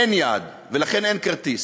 אין יעד ולכן אין כרטיס.